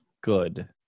good